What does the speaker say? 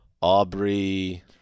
Aubrey